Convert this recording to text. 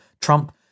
Trump